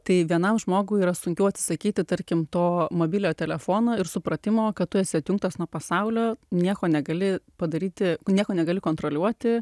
tai vienam žmogui yra sunkiau atsisakyti tarkim to mobiliojo telefono ir supratimo kad tu esi atjungtas nuo pasaulio nieko negali padaryti nieko negali kontroliuoti